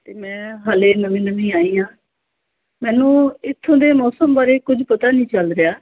ਅਤੇ ਮੈਂ ਹਾਲੇ ਨਵੀਂ ਨਵੀਂ ਆਈ ਹਾਂ ਮੈਨੂੰ ਇੱਥੋਂ ਦੇ ਮੌਸਮ ਬਾਰੇ ਕੁਝ ਪਤਾ ਨਹੀਂ ਚੱਲ ਰਿਹਾ